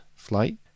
flight